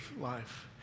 life